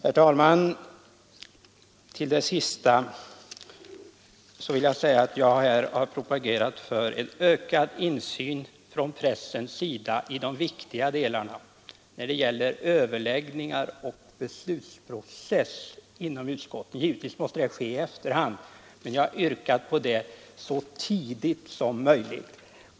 Fru talman! Till det sista vill jag säga att jag här har propagerat för ökad insyn från pressen i de viktiga delarna när det gäller överläggningar och beslutsprocess inom utskotten. Givetvis måste det ske i efterhand men — jag yrkar på det — så tidigt som möjligt.